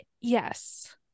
Yes